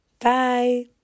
Bye